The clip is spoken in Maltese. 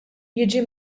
jiġi